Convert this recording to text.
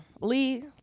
Lee